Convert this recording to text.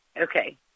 Okay